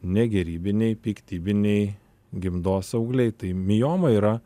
negerybiniai piktybiniai gimdos augliai tai mioma yra